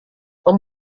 tom